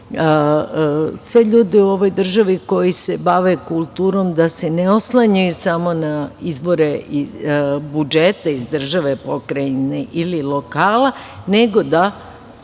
sve ljude u ovoj državi koji se bave kulturom da se ne oslanjaju samo na izbore budžeta iz države, pokrajine ili lokala, nego da